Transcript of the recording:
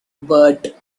but